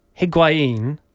Higuain